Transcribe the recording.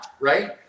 right